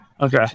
Okay